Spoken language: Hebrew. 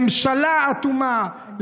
ממשלה אטומה,